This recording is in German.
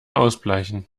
ausbleichen